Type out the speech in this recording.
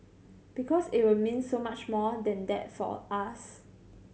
because it will mean so much more than that for us